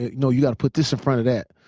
no, you gotta put this in front of that.